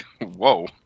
whoa